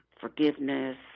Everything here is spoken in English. forgiveness